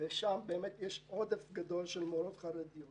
שם יש עודף גדול של מורות חרדיות